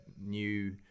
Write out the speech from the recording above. new